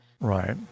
Right